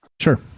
Sure